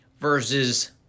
versus